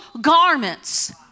garments